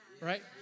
right